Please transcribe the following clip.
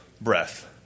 breath